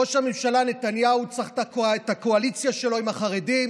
ראש הממשלה נתניהו צריך את הקואליציה שלו עם החרדים,